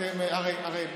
אתם כבר, הרי,